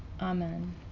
Amen